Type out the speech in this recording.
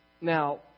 Now